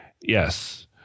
Yes